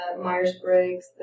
Myers-Briggs